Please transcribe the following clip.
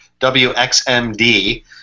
WXMD